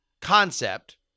concept